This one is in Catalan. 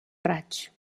raig